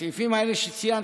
בסעיפים האלה שציינת,